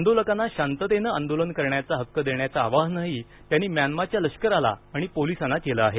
आंदोलकांना शांततेनं आंदोलन करण्याचा हक्क देण्याचा देण्याचं आवाहनही त्यांनी म्यानमाच्या लष्कराला आणि पोलिसांना केलं आहे